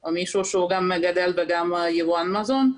או מישהו שהוא מגדל וגם יבואן מזון,